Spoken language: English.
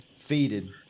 Feeded